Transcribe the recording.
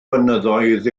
fynyddoedd